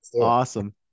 Awesome